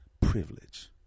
privilege